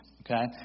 okay